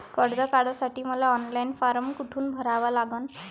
कर्ज काढासाठी मले ऑनलाईन फारम कोठून भरावा लागन?